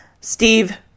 Steve